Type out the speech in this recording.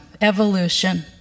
evolution